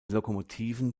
lokomotiven